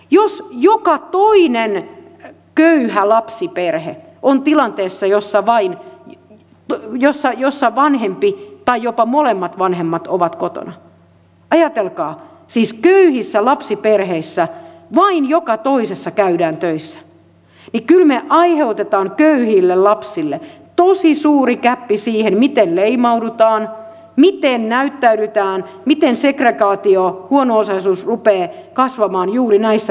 jos joka toinen köyhä lapsiperhe on tilanteessa jossa vanhempi tai jopa molemmat vanhemmat ovat kotona ajatelkaa siis köyhissä lapsiperheissä vain joka toisessa käydään töissä niin kyllä me aiheutamme köyhille lapsille tosi suuren gäpin siihen miten leimaudutaan miten näyttäydytään miten segregaatio huono osaisuus rupeaa kasvamaan juuri näissä perheissä